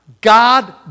God